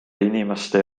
inimeste